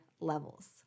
levels